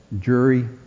jury